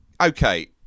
okay